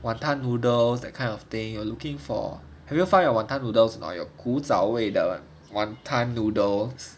wanton noodles that kind of thing you are looking for have you find your wanton noodles or not your 古早味的 wanton noodles